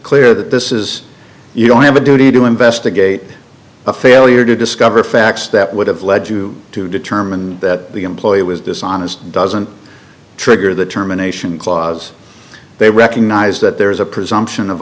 clear that this is you don't have a duty to investigate a failure to discover facts that would have led you to determine that the employer was dishonest doesn't trigger the terminations clause they recognize that there is a presumption of